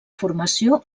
formació